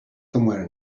somewhere